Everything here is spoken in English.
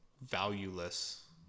valueless